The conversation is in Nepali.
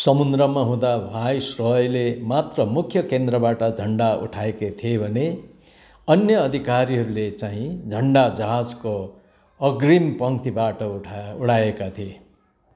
समुद्रमा हुँदा वाइसरोयले मात्र मुख्य केन्द्रबाट झन्डा उठाएका थिए भने अन्य अधिकारीहरूले चाहिँ झन्डा जहाजको अग्रिम पङ्क्तिबाट उडाएका थिए